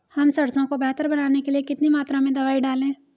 हम सरसों को बेहतर बनाने के लिए कितनी मात्रा में दवाई डालें?